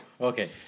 Okay